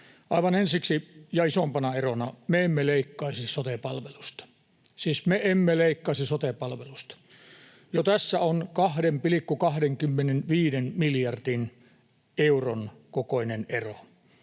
Aivan ensiksi, ja isoimpana erona, me emme leikkaisi sote-palveluista — siis me emme leikkasi sote-palveluista. Jo tässä on 2,25 miljardin euron kokoinen ero.